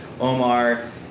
Omar